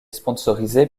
sponsorisé